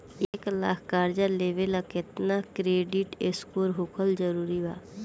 एक लाख के कर्जा लेवेला केतना क्रेडिट स्कोर होखल् जरूरी बा?